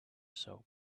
soap